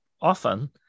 often